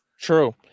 True